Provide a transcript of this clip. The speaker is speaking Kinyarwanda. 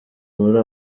muri